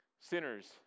Sinners